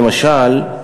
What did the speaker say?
למשל,